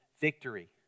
victory